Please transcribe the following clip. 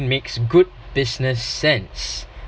makes good business sense